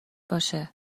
باشه